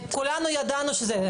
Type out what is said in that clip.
כולנו ידענו שזה יהיה.